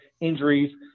injuries